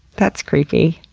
that's creepy,